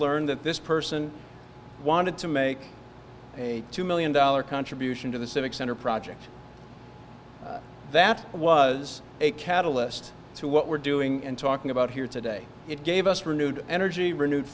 learn that this person wanted to make a two million dollar contribution to the civic center project that was a catalyst to what we're doing and talking about here today it gave us renewed energy renewed